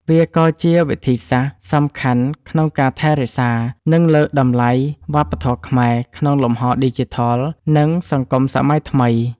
វាក៏ជាវិធីសាស្រ្តសំខាន់ក្នុងការថែរក្សា និងលើកតម្លៃវប្បធម៌ខ្មែរ ក្នុងលំហឌីជីថល និងសង្គមសម័យថ្មី។